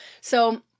So-